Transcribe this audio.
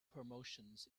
promotions